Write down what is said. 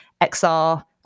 XR